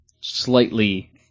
slightly